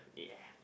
yeah